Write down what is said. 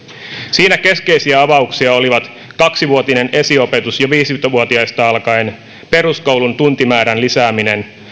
siinä keskeisiä avauksia olivat kaksivuotinen esiopetus jo viisi vuotiaista alkaen peruskoulun tuntimäärän lisääminen